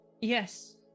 Yes